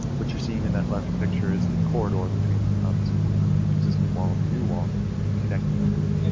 what you're seeing in that left picture is the corridor between obviously the existing wall in the new wall connecting the.